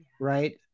right